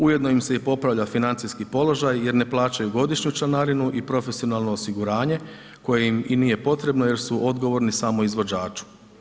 Ujedno im se i popravlja financijski položaj jer ne plaćaju godišnju članarinu i profesionalno osiguranje koje im i nije potrebno jer su odgovorni samo izvođaču.